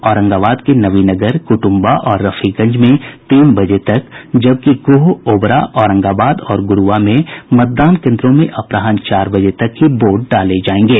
औरंगाबाद के नवीनगर कुटुंबा और रफीगंज में तीन बजे तक जबकि गोह ओबरा औरंगाबाद और गुरुआ के मतदान केंद्रों में अपराह्न चार बजे तक ही वोट डाले जाएंगे